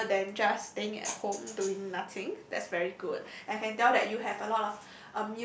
rather than just staying at home doing nothing that's very good I can tell that you have a lot of